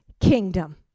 kingdom